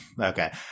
okay